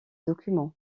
documents